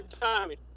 timing